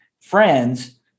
friends